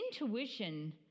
intuition